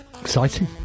Exciting